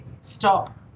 Stop